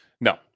No